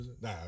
nah